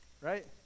Right